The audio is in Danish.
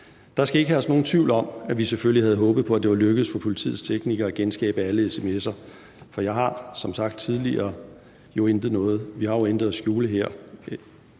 Der skal ikke herske nogen tvivl om, at vi selvfølgelig havde håbet på, at det var lykkedes for politiets teknikere at genskabe alle sms'er, for vi har, som jeg har sagt tidligere, jo intet at skjule her.